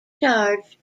charge